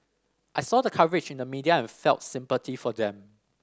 I saw the coverage in the media and I felt sympathy for them